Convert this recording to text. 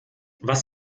was